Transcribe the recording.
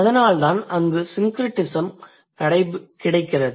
அதனால்தான் அங்கு syncretism கிடைக்கிறது